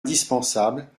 indispensable